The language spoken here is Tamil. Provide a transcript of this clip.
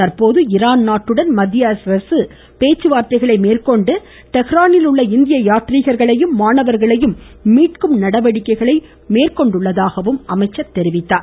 தற்போது ஈரான் நாட்டுடன் மத்திய அரசு பேச்சுவார்த்தைகளை மேற்கொண்டு டெஹ்ரானில் உள்ள இந்திய யாத்திரிகர்களையும் மாணவர்களையும் மீட்கும் நடவடிக்கைகளை மேற்கொண்டுள்ளதாகவும் கூறினார்